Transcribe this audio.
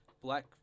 black